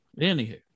Anywho